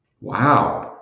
Wow